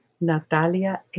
Natalia